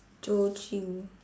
joe chew